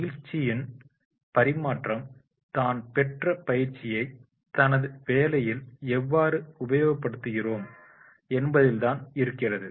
பயிற்சியின் பரிமாற்றம் தான் பெற்று பயிற்சியை தனது வேலையில் எவ்வாறு உபயோகப்படுத்துகிறோம் என்பதில்தான் இருக்கிறது